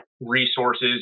resources